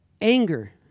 anger